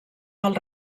del